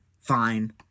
fine